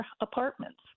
apartments